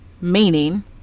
meaning